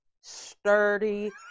sturdy